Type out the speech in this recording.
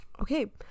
Okay